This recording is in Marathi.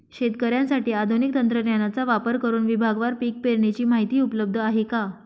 शेतकऱ्यांसाठी आधुनिक तंत्रज्ञानाचा वापर करुन विभागवार पीक पेरणीची माहिती उपलब्ध आहे का?